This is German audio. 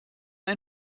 ein